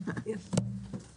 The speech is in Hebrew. הישיבה ננעלה בשעה 11:06.